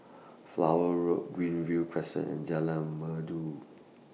Flower Road Greenview Crescent and Jalan Merdu